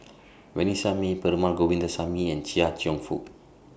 Vanessa Mae Perumal Govindaswamy and Chia Cheong Fook